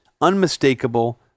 unmistakable